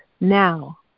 now